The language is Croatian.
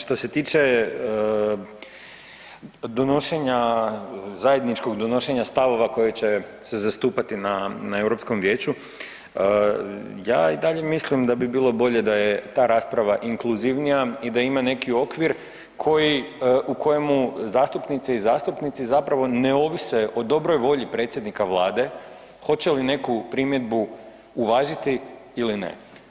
Što se tiče donošenja, zajedničkog donošenja stavova koje će se zastupati na Europskom vijeću ja i dalje mislim da bi bilo bolje da je ta rasprava inkluzivnija i da ima neki okvir u kojemu zastupnice i zastupnici zapravo ne ovise o dobroj volji predsjednika Vlade hoće li neku primjedbu uvažiti ili ne.